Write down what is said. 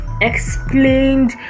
Explained